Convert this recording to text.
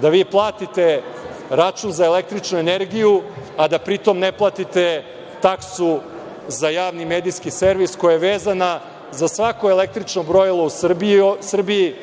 da vi platite račun za električnu energiju, a da pri tome ne platite taksu za javni medijski servis, koja je vezana za svako električno brojilo u Srbiji,